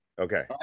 Okay